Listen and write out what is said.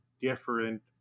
different